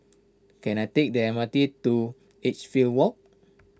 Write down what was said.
can I take the M R T to Edgefield Walk